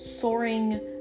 Soaring